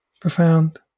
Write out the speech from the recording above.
profound